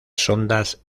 sondas